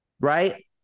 right